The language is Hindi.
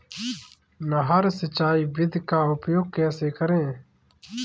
नहर सिंचाई विधि का उपयोग कैसे करें?